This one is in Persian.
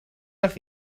وقت